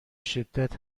شدت